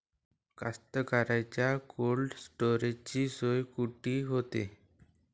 कास्तकाराइच्या कोल्ड स्टोरेजची सोय कुटी होते?